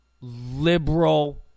liberal